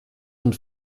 und